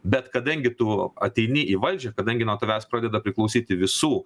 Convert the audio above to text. bet kadangi tu ateini į valdžią kadangi nuo tavęs pradeda priklausyti visų